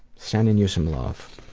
sending you some love.